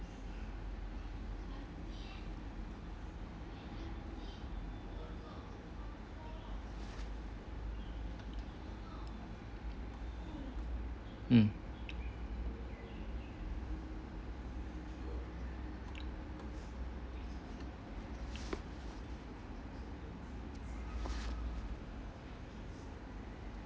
mm